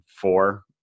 four